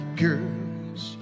girls